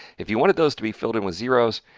if you wanted those to be filled in with zeros,